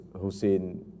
Hussein